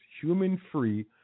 human-free